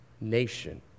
nation